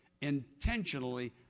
intentionally